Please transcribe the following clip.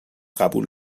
قبول